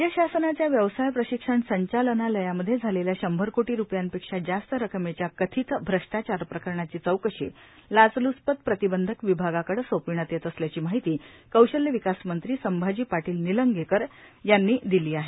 राज्य शासनाच्या व्यवसाय प्रशिक्षण संचालनालयामध्ये झालेल्या शंभर कोटी रुपयांपेक्षा जास्त रकमेच्या कथित भ्रष्टाचार प्रकरणाची चौकशी लाचलचपत प्रतिबंधक विभागाकडे सोपविण्यात येत असल्याची माहिती कौशल्य विकास मंत्री संभाजी पाटील निलंगेकर यांनी दिली आहे